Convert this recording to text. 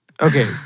Okay